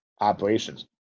operations